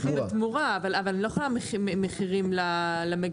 תמורה אבל אני לא יכולה מחירים למגדלים,